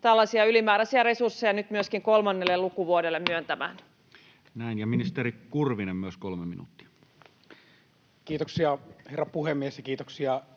tällaisia ylimääräisiä resursseja nyt myöskin kolmannelle lukuvuodelle myöntämään. Näin. — Ministeri Kurvinen, myös kolme minuuttia. Kiitoksia, herra puhemies, ja kiitoksia